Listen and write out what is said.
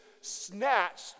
snatched